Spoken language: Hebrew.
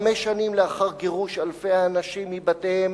חמש שנים לאחר גירוש אלפי האנשים מבתיהם,